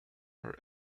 her